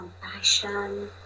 compassion